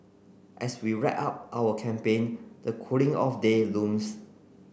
as we wrap up our campaign the cooling off day looms